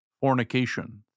Fornication